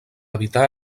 evitar